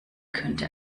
könnte